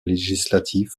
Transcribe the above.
législatifs